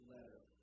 letter